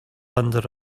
under